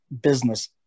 business